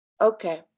Okay